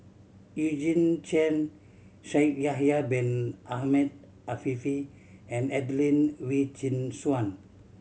Eugene Chen Shaikh Yahya Bin Ahmed Afifi and Adelene Wee Chin Suan